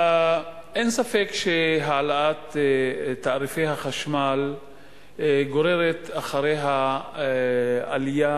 אין ספק שהעלאת תעריפי החשמל גוררת אחריה עלייה